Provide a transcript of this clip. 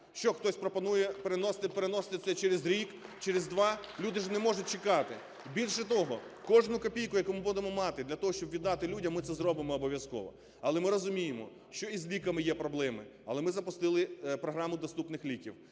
Що хтось пропонує переносити це через рік, через два? Люди ж не можуть чекати. Більше того, кожну копійку, яку ми будемо мати для того, щоб віддати людям, ми це зробимо обов'язково. Але ми розуміємо, що і з ліками є проблеми, але ми запустили програму "Доступні ліки".